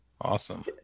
Awesome